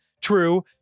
true